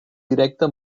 directe